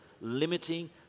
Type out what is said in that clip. limiting